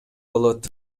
болот